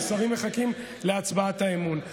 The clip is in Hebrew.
והשרים מחכים להצבעת האמון.